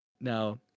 now